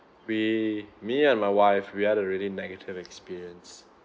we me and my wife we had a really negative experience